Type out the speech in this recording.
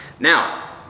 Now